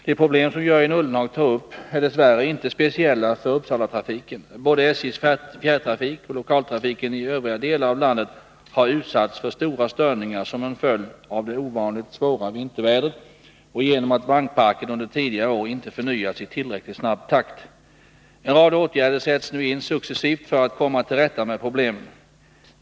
De problem som Jörgen Ullenhag tar upp är dess värre inte speciella för Uppsalatrafiken. Både SJ:s fjärrtrafik och lokaltrafiken i övriga delar av landet har utsatts för stora störningar som en följd av det ovanligt svåra vintervädret och på grund av att vagnparken under tidigare år inte förnyats i tillräckligt snabb takt. En rad åtgärder sätts nu in successivt för att komma till rätta med problemen.